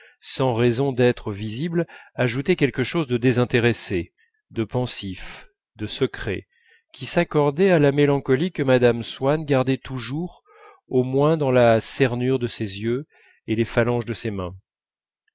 sans raison d'être visible ajoutait quelque chose de désintéressé de pensif de secret qui s'accordait à la mélancolie que mme swann gardait toujours au moins dans la cernure de ses yeux et les phalanges de ses mains